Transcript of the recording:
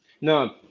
No